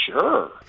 Sure